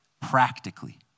practically